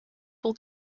will